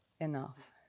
enough